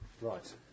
Right